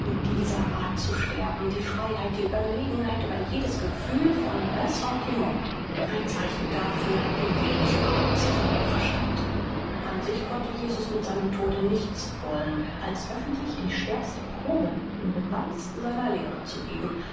dieser art zu sterben die freiheit die überlegenheit über jedes gefühl von ressentiment ein zeichen dafür wie wenig überhaupt sie von ihm verstand an sich konnte jesus mit seinem tode nichts wollen als öffentlich die stärkste probe den beweis seiner lehre zu geben